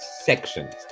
sections